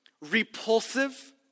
repulsive